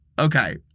Okay